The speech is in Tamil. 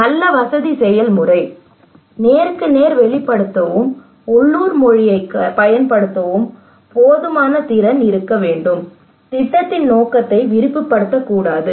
நல்ல வசதி செயல்முறை நேருக்கு நேர் வெளிப்படுத்தவும் உள்ளூர் மொழியைப் பயன்படுத்தவும் போதுமான திறன் இருக்க வேண்டும் திட்டத்தின் நோக்கத்தை விரிவுபடுத்தக்கூடாது